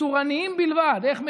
צורניים בלבד: איך מגישים,